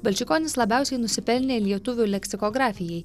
balčikonis labiausiai nusipelnė lietuvių leksikografijai